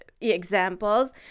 examples